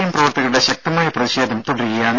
M പ്രവർത്തകരുടെ ശക്തമായ പ്രതിഷേധം തുടരുകയാണ്